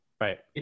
Right